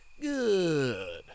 good